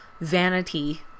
vanity